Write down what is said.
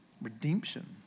redemption